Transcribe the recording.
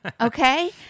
Okay